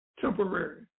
temporary